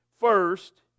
first